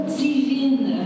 divine